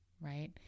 right